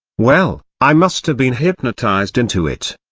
well, i must have been hypnotised into it.